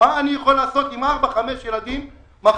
הם שואלים מה הם יכולים לעשות מחר בבוקר עם ארבעה וחמישה ילדים ולאן